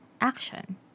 action